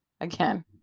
again